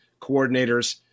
coordinators